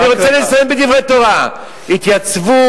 אני רוצה לסיים בדברי תורה: התייצבו